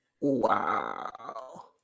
Wow